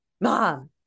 mom